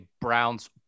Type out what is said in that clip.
Browns